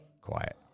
quiet